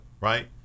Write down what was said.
right